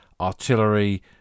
artillery